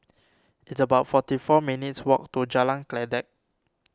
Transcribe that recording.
it's about forty four minutes' walk to Jalan Kledek